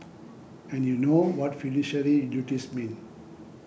and you know what fiduciary duties mean